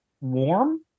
warm